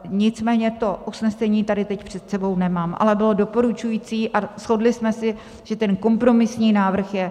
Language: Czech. Nicméně to usnesení tady teď před sebou nemám, ale bylo doporučující, a shodli jsme se, že ten kompromisní návrh je optimální.